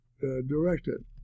directed